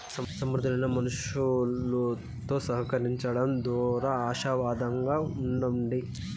సమర్థులైన మనుసులుతో సహకరించడం దోరా ఆశావాదంగా ఉండండి